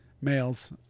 Males